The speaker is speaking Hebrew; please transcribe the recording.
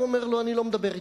הוא אומר לו: אני לא מדבר אתך.